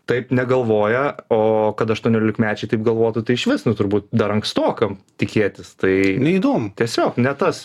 taip negalvoja o kad aštuoniolikmečiai taip galvotų tai išvis nu turbūt dar ankstoka tikėtis tai neįdomu tiesiog ne tas